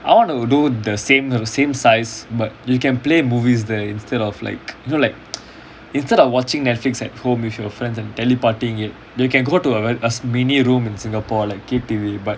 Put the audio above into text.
I want to do the same the same size but you can play movies there instead of like you know like instead of watching netflix at home with your friends and telepartying it you can go to a a mini room in singapore like K_T_V but